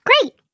Great